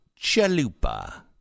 Chalupa